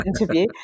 interview